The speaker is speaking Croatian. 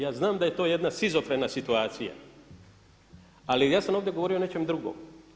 Ja znam da je to jedna šizofrena situacija, ali ja sam ovdje govorio o nečem drugom.